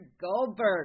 Goldberg